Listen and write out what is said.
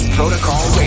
Protocol